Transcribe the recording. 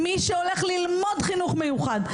מי שהולך ללמוד חינוך מיוחד,